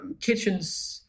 kitchens